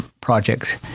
projects